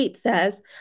says